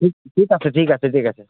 ঠিক ঠিক আছে ঠিক আছে ঠিক আছে